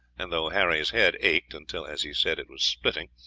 and though harry's head ached until, as he said, it was splitting,